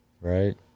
right